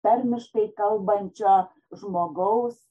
tarmiškai kalbančio žmogaus